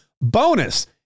Bonus